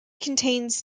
contains